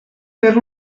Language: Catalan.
fer